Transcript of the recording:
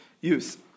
use